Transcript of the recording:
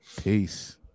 Peace